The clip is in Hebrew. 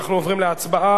אנחנו עוברים להצבעה.